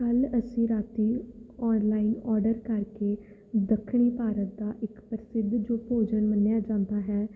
ਕੱਲ ਅਸੀਂ ਰਾਤੀ ਔਨਲਾਈਨ ਔਰਡਰ ਕਰਕੇ ਦੱਖਣੀ ਭਾਰਤ ਦਾ ਇੱਕ ਪ੍ਰਸਿੱਧ ਜੋ ਭੋਜਨ ਮੰਨਿਆ ਜਾਂਦਾ ਹੈ